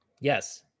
Yes